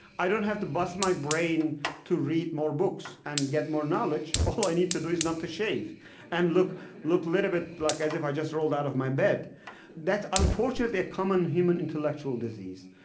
i don't have to bust my brain to read more books and get more knowledge all i need to do is not to shave and look a little bit like as if i just rolled out of my bed that's, unfortunately, a common human intellectual disease.